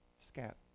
Scat